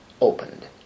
opened